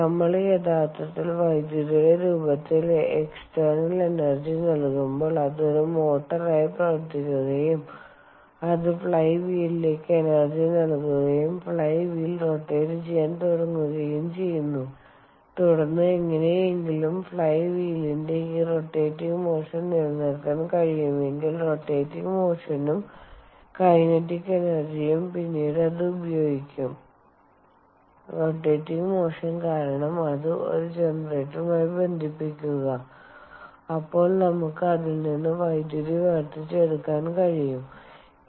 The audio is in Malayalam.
നമ്മൾ യഥാർത്ഥത്തിൽ വൈദ്യുതിയുടെ രൂപത്തിൽ എക്സ്റ്റർനാൽ എനർജി നൽകുമ്പോൾ അത് ഒരു മോട്ടോറായി പ്രവർത്തിക്കുകയും അത് ഫ്ലൈ വീലിലേക്ക് എനർജി നൽകുകയും ഫ്ളൈ വീൽ റൊറ്റേറ്റ് ചെയ്യാൻ തുടങ്ങുകയും ചെയ്യുന്നു തുടർന്ന് എങ്ങനെയെങ്കിലും ഫ്ളൈ വീലിന്റെ ഈ റൊറ്റേറ്റിങ് മോഷൻ നിലനിർത്താൻ കഴിയുമെങ്കിൽ റൊറ്റേറ്റിങ് മോഷനും കൈനറ്റിക് എനെർജിയും പിന്നീട് അത് ഉപയോഗിക്കും റോറ്റേറ്റിങ് മോഷൻ കാരണം അത് ഒരു ജനറേറ്ററുമായി ബന്ധിപ്പിക്കുക അപ്പോൾ നമുക്ക് അതിൽ നിന്ന് വൈദ്യുതി വേർതിരിച്ചെടുക്കാൻ കഴിയും ശരി